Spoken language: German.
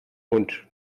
hund